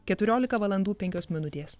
keturiolika valandų penkios minutės